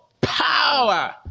power